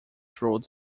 through